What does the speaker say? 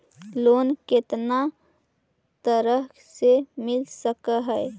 Loan कितना तरह से मिल सक है?